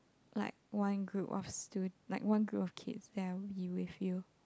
like one group of stu~ like one group of kids that are with you